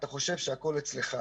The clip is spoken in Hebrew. אז אתה חושב שהכול אצלך.